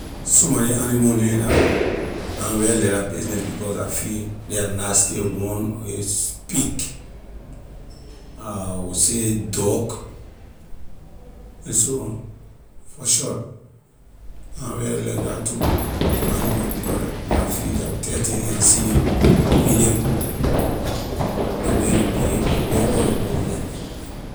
Some of ley animal neh la I na really like la business because I feel they are nasty one is pig I will say duck and so on for short I na really like la two animal because I feel they are dirty and I see it mainly ley way ley behave and where all they go air.